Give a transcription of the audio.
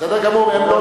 בסדר גמור.